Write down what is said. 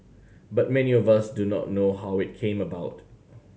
but many of us do not know how it came about